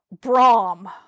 Brahm